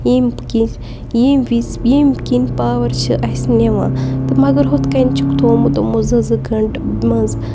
ییٚمہِ کِنۍ ییٚمہِ وِزِ ییٚمہِ کِنۍ پاوَر چھِ اَسہِ نِوان تہٕ مگر ہُتھ کٔنۍ چھُکھ تھومُت یِمو زٕ زٕ گَٲنٛٹہٕ منٛز